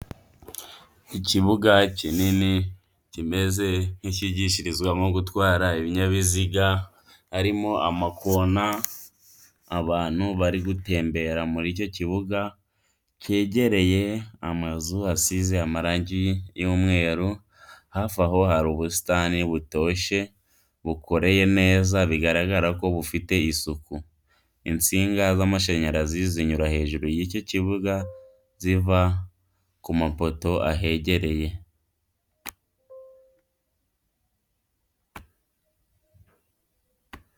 Ikibuga kinini kimeze nk'icyigishirizwamo gutwara ibinyabiziga harimo amakona, abantu bari gutembera muri icyo kibuga, cyegereye amazu asize amarangi y'umweru, hafi aho hari ubusitani butoshye bukoreye neza bigaragara ko bufite isuku, insinga z'amashanyarazi zinyura hejuru y'icyo kibuga ziva ku mapoto ahegereye.